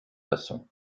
façons